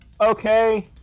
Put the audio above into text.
Okay